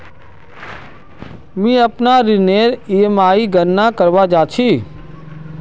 मि अपनार ऋणनेर ईएमआईर गणना करवा चहा छी